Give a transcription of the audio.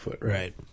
Right